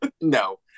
No